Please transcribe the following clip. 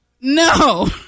No